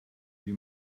wie